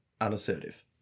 unassertive